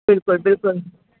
बिल्कुलु बिल्कुलु